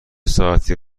ساعتی